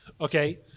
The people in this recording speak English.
okay